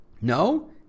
No